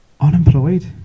unemployed